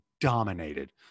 dominated